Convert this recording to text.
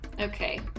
okay